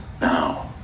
now